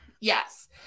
Yes